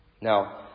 Now